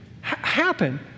happen